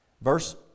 Verse